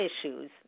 issues